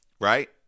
right